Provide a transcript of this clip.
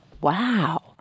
wow